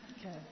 Okay